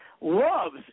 loves